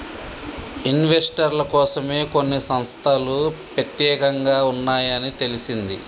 ఇన్వెస్టర్ల కోసమే కొన్ని సంస్తలు పెత్యేకంగా ఉన్నాయని తెలిసింది